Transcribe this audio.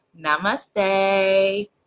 Namaste